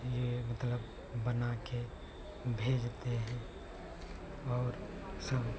यह मतलब बनाकर भेजते हैं और सब